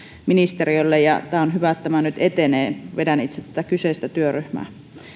ministeriölle ja on hyvä että tämä nyt etenee vedän itse tätä kyseistä työryhmää